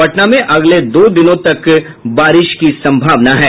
पटना में अगले दो दिनों तक बारिश की संभावना है